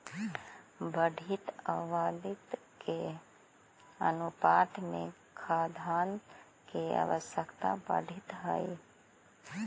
बढ़ीत आबादी के अनुपात में खाद्यान्न के आवश्यकता बढ़ीत हई